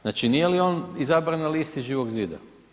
Znači nije li on izabran na listi Živog zida?